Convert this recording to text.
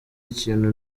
ikintu